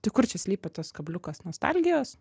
tai kur čia slypi tas kabliukas nostalgijos